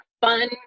fun